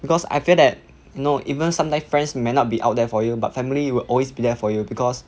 because I feel that no even sometime friends may not be out there for you but family will always be there for you because